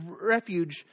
refuge